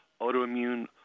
autoimmune